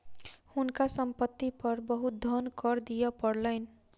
हुनका संपत्ति पर बहुत धन कर दिअ पड़लैन